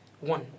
one